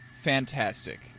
fantastic